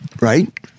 Right